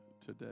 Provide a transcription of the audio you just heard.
today